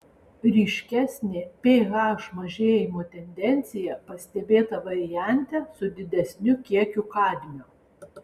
ryškesnė ph mažėjimo tendencija pastebėta variante su didesniu kiekiu kadmio